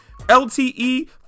LTE